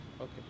Okay